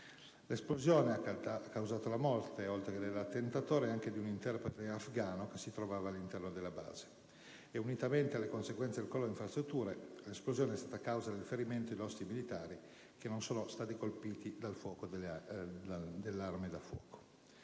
L'esplosione ha causato la morte, oltre che dell'attentatore, anche di un interprete afgano che si trovava all'esterno della base e, unitamente alle conseguenze del crollo delle infrastrutture, è stata causa del ferimento dei nostri militari che non sono risultati colpiti da armi da fuoco.